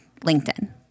LinkedIn